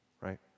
right